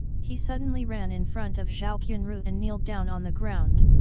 he suddenly ran in front of zhao qianru and kneeled down on the ground.